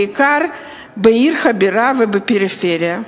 בעיקר בעיר הבירה ובפריפריה.